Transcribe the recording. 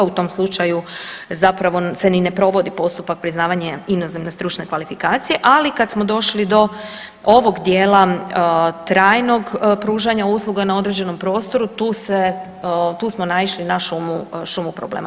U tom slučaju zapravo se ni ne provodi postupak priznavanja inozemne stručne kvalifikacije, ali kad smo došli do ovog dijela trajnog pružanja usluga na određenom prostoru tu smo naišli na šumu problema.